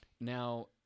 Now